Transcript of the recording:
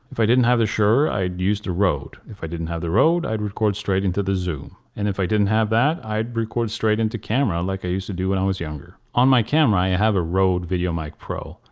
if i didn't have the shure i'd use the rode. if i didn't have the rode i'd record straight into the zoom. and if i didn't have that i'd record straight into camera like i used to do when i was younger. on my camera i have a rode videomic pro.